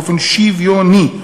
באופן שוויוני,